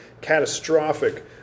catastrophic